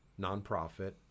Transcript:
nonprofit